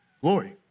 glory